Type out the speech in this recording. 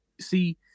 see